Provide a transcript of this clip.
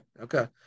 Okay